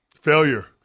Failure